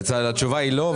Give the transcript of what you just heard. התשובה היא לא.